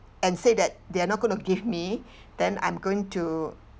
and say that they are not going to give me then I'm going to